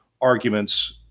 arguments